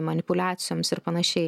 manipuliacijoms ir panašiai